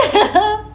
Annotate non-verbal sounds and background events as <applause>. <laughs>